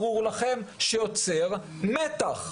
ברור לכם שזה יוצר מתח.